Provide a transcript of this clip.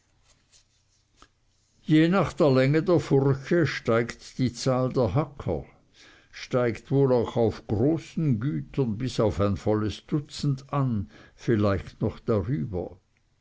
je nach der länge der furche steigt die zahl der hacker steigt wohl auch auf großen gütern bis auf ein volles dutzend an vielleicht noch darüber